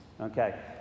okay